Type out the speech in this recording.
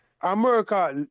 America